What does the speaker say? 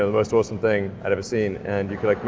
ah most awesome thing i had ever seen. and you could